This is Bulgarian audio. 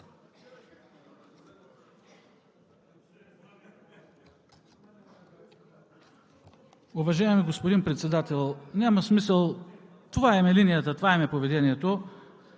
Уважаеми господин Председател, няма смисъл – това им е линията, това им е поведението,